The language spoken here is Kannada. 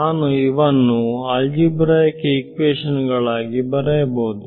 ನಾನು ಇವನು ಆಲ್ಜಿಬ್ರಾಇಕ್ ಹಿಕ್ವಿಷನ್ ಗಳಾಗಿ ಬರೆಯಬಹುದು